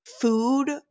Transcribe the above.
food